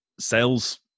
sales